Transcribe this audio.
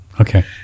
Okay